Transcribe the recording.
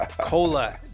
Cola